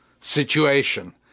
situation